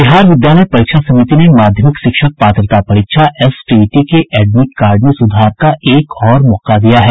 बिहार विद्यालय परीक्षा समिति ने माध्यमिक शिक्षक पात्रता परीक्षा एसटीईटी के एडमिट कार्ड में सुधार का एक और मौका दिया है